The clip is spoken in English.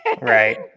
Right